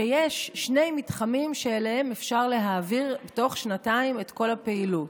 שיש שני מתחמים שאליהם אפשר להעביר בתוך שנתיים את כל הפעילות.